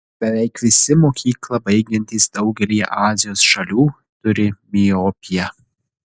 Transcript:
beveik visi mokyklą baigiantys daugelyje azijos šalių turi miopiją